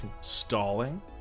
stalling